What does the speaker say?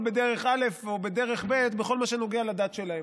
בדרך א' או בדרך ב' בכל מה שנוגע לדת שלהם.